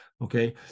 okay